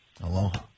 Aloha